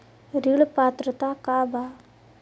ऋण पात्रता का बा?